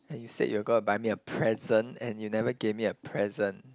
and you said you were gonna buy me a present and you never gave me a present